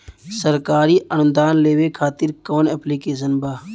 सरकारी अनुदान लेबे खातिर कवन ऐप्लिकेशन बा?